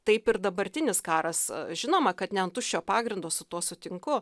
taip ir dabartinis karas žinoma kad ne ant tuščio pagrindo su tuo sutinku